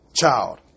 child